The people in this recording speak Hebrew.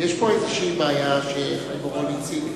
יש פה איזושהי בעיה שחיים אורון הציג.